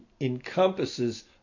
encompasses